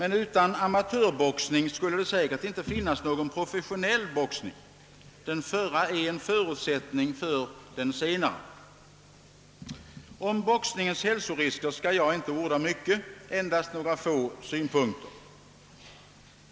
Men utan amatörboxning skulle det säkert inte finnas någon professionell boxning; den förra är en förutsättning för den senare. Om boxningens hälsorisker skall jag inte orda mycket. Endast några få synpunkter.